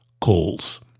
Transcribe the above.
calls